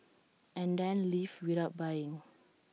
and then leave without buying